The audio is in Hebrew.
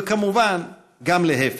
וכמובן גם להפך.